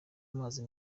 amazi